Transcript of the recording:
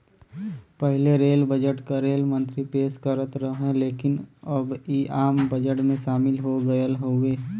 पहिले rail budget क rail मंत्री पेश करत रहन लेकिन अब इ आम बजट में शामिल हो गयल हउवे